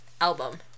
album